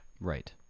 Right